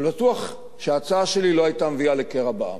אבל בטוח שההצעה שלי לא היתה מביאה לקרע בעם,